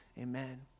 Amen